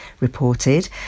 reported